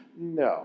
No